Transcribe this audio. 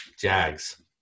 Jags